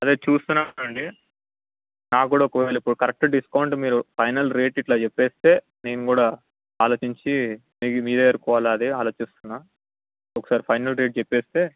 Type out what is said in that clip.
అదే చూస్తున్నాం అండి నాకు కూడా ఒకవేళ కరక్ట్ డిస్కౌంట్ మీరు ఫైనల్ రేట్ ఇట్లా చెప్పేస్తే మేము కూడా అలోచించి ఇది మీ దగ్గరకి పోవాలా అదే ఆలోచిస్తున్న ఒకసారి ఫైనల్ రేట్ చెప్పేస్తే